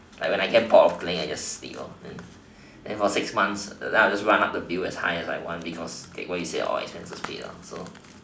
like when I get bored of playing then I just sleep then for six months I would just run up the bill as high as I want like what you said what all expenses paid